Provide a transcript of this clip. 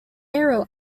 arrow